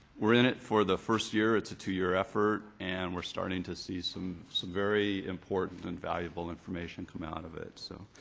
we're in it for the first year. it's a two-year effort and we're starting to see some some very important and valuable information come out of it, so